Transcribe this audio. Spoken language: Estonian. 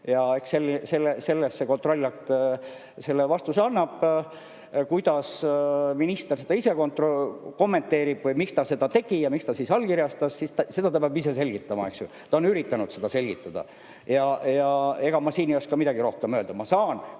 see kontrollakt vastuse annab. Kuidas minister seda ise kommenteerib, miks ta seda tegi ja miks ta allkirjastas, seda ta peab ise selgitama ja ta on üritanudki seda selgitada. Ega ma siin ei oska midagi rohkem öelda. Ma saan